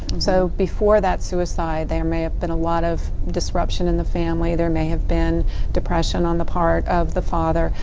so, before that suicide there may have been a lot of disruption in the family. there may have been depression on the part of the father.